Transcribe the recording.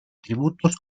tributos